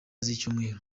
z’icyumweru